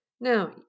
Now